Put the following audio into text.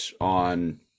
on